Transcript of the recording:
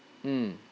mm